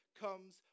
comes